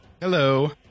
Hello